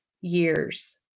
years